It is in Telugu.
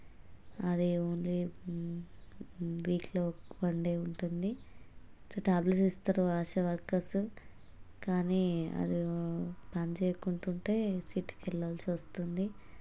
అదే ఓన్లీ వీక్లో వన్ డే ఉంటుంది ఇట్టా ట్యాబ్లెట్స్ ఇస్తారు ఆశా వర్కర్సు కానీ అది పనిచేయకుంటుంటే సిటీకి వెళ్ళాల్సి వస్తుంది